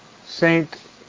Saint